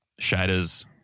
Shida's